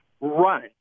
Run